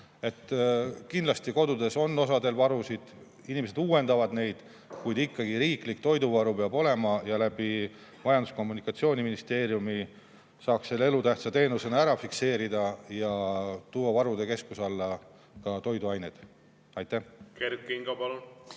Kindlasti on kodudes osal inimestel varusid, inimesed uuendavad neid, kuid ka riiklik toiduvaru peab olema. Majandus- ja Kommunikatsiooniministeeriumi kaudu saaks selle elutähtsa teenusena ära fikseerida ja tuua varude keskuse alla ka toiduained. Aitäh